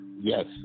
Yes